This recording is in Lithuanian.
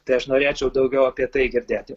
tai aš norėčiau daugiau apie tai girdėti